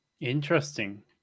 Interesting